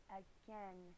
again